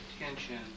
attention